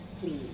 please